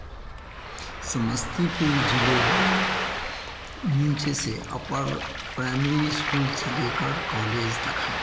समस्तीपुर जिले में नीचे से अपर प्राइमरी स्कूल से लेकर कालेज तक है